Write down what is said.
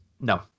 No